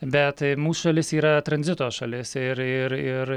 bet mūsų šalis yra tranzito šalis ir ir ir